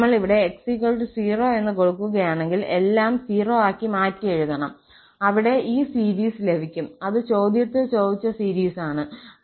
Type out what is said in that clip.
നമ്മൾ ഇവിടെ 𝑥0 എന്ന് കൊടുക്കുകയാണെങ്കിൽ എല്ലാം 0 ആക്കി മാറ്റിയെഴുതണം അവിടെ ഈ സീരീസ് ലഭിക്കും അത് ചോദ്യത്തിൽ ചോദിച്ച സീരീസ് ആണ്